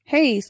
Hey